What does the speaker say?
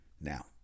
Now